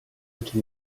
into